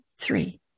three